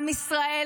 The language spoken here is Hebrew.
עם ישראל,